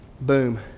Boom